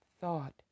Thought